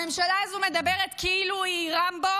הממשלה הזו מדברת כאילו היא רמבו,